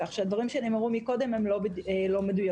כך שהדברים שנאמרו קודם לא מדויקים.